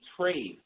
trade